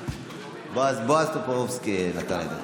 בועז טופורובסקי נתן את זה.